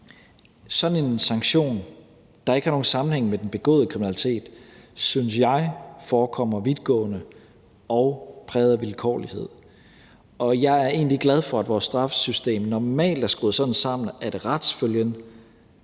Sådan en sanktion, der ikke har nogen sammenhæng med den begåede kriminalitet, synes jeg forekommer vidtgående og præget af vilkårlighed. Og jeg er egentlig glad for, at vores straffesystem normalt er skruet sådan sammen, at retsfølgen